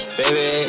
baby